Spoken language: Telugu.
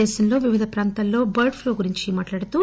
దేశంలో వివిధ ప్రాంతాల్లో బర్డ్ ప్లూ గురించి మాట్లాడుతూ